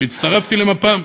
זה היה כשהצטרפתי למפ"ם,